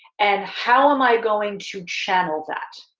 and how am i going to channel that?